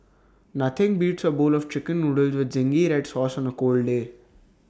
nothing beats A bowl of Chicken Noodles with Zingy Red Sauce on A cold day